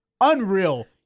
Unreal